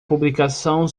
publicação